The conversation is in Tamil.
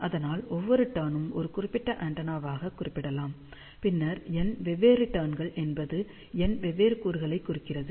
அதனால் ஒவ்வொரு டர்ன் ம் ஒரு குறிப்பிட்ட ஆண்டெனாவாகக் குறிப்பிடலாம் பின்னர் n வெவ்வேறு டர்ன் கள் என்பது n வெவ்வேறு கூறுகளைக் குறிக்கிறது